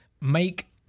make